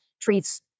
treats